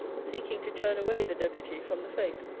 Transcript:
seeking to turn away the deputy from the faith.